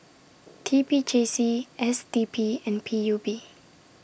T P J C S D P and P U B